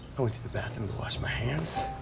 i went to the bathroom to wash my hands.